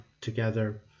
together